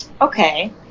Okay